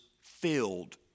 filled